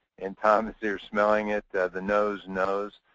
and tom is there smelling it. the nose knows.